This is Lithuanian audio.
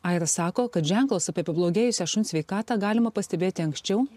aira sako kad ženklus apie pablogėjusią šuns sveikatą galima pastebėti anksčiau